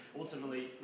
ultimately